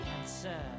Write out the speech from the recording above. answer